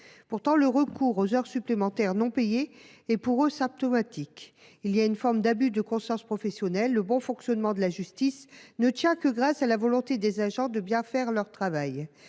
bras. Le recours aux heures supplémentaires non payées est symptomatique de ce qu’il existe, chez eux, une forme d’abus de conscience professionnelle. Le bon fonctionnement de la justice ne tient que grâce à la volonté de ces agents de bien faire leur travail.